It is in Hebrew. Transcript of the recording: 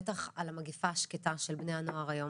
בטח על המגפה השקטה של בני הנוער היום,